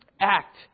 act